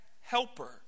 helper